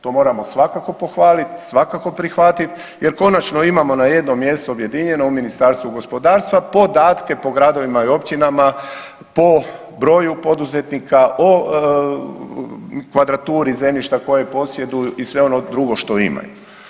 To moramo svakako pohvalit, svakako prihvatit jer konačno imamo na jednom mjestu objedinjeno u Ministarstvu gospodarstva podatke po gradovima i općinama, po broju poduzetnika, o kvadraturi zemljišta koje posjeduju i sve ono drugo što imaju.